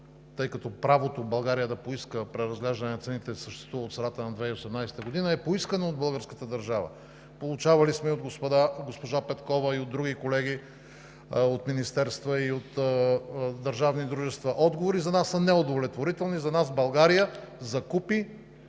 тъй като правото България да поиска преразглеждане на цените съществува от средата на 2018 г., е поискано от българската държава? Получавали сме от госпожа Петкова и от други колеги, от министерства и от държавни дружества отговори – за нас са неудовлетворителни. За нас България загуби